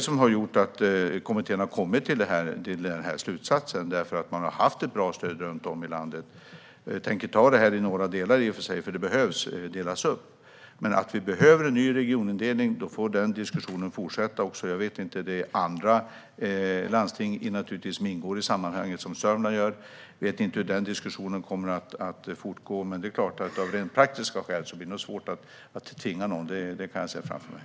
Kommittén har kommit till denna slutsats eftersom man har haft ett bra stöd runt om i landet. Det ska dock tas i några delar, för det behöver delas upp. Vi behöver en ny regionindelning, och diskussionen får fortsätta. Det ingår andra landsting i samma sammanhang som Sörmland, och vi vet inte hur den diskussionen kommer att fortsätta. Men, som sagt, av praktiska skäl blir det nog svårt att tvinga någon. Det ser jag framför mig.